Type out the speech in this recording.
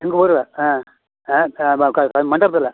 எங்கள் ஊரு ஆ ஆ மண்டபத்தில்